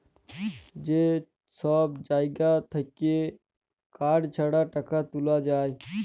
যে সব জাগা থাক্যে কার্ড ছাড়া টাকা তুলা যায়